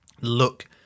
look